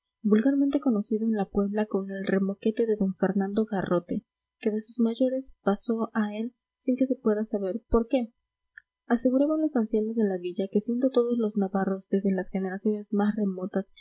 vulgarmente conocido en la puebla con el remoquete de d fernando garrote que de sus mayores pasó a él sin que se pueda saber por qué aseguraban los ancianos de la villa que siendo todos los navarros desde las generaciones más remotas